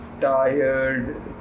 tired